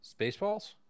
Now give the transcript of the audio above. Spaceballs